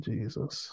Jesus